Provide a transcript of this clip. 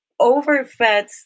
overfed